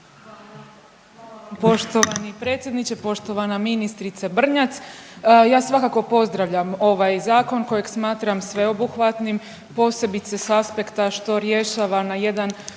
Poštovani predsjedniče, poštovana ministrice Brnjac. Ja svakako pozdravljam ovaj zakon kojeg smatram sveobuhvatnim, posebice s aspekta što rješava na jedan